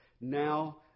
now